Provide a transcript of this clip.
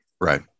Right